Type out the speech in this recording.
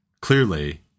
clearly